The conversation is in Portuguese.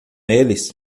eles